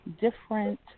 Different